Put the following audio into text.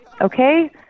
okay